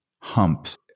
humps